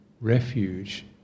refuge